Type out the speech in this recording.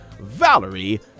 Valerie